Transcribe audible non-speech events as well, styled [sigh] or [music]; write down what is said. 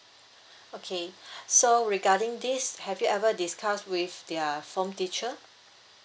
okay [breath] so regarding this have you ever discuss with their form teacher